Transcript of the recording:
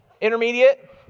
Intermediate